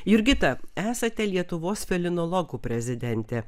jurgita esate lietuvos felinologų prezidentė